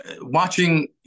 watching